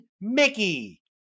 Mickey